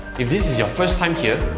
if this is your first time here,